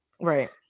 Right